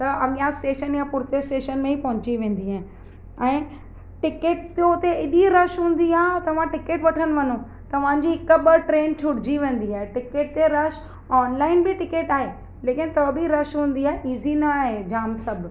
त अॻियां स्टेशन या पुठिते स्टेशन में ई पहुची वेंदी आहियां ऐं टिकेटू ते हेॾी रश हूंदी आहे तव्हां टिकेट वठणु वञो तव्हां जी हिकु ॿ ट्रेन छुटिजी वेंदी आहे टिकेट ते रश ऑनलाइन बि टिकेट आहे लेकिनि त बि रश हूंदी आहे ईज़ी न आहे जाम सभु